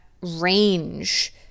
range